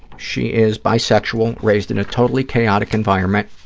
she is bisexual, raised in a totally chaotic environment,